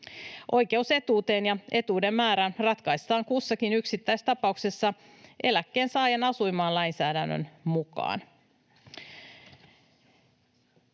Oikeus etuuteen ja etuuden määrä ratkaistaan kussakin yksittäistapauksessa eläkkeensaajan asuinmaan lainsäädännön mukaan.